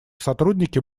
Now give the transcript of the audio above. сотрудники